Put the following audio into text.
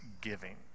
Giving